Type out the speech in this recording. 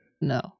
No